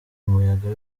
umuyaga